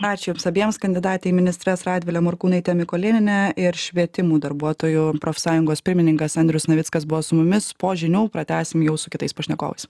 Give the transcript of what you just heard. ačiū jums abiems kandidatė į ministres radvilė morkūnaitė mikulėnienė ir švietimo darbuotojų profsąjungos pirmininkas andrius navickas buvo su mumis po žinių pratęsim jau su kitais pašnekovais